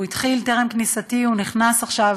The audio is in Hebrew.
הוא התחיל טרם כניסתי, הוא נכנס עכשיו